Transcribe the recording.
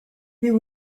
there